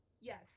yes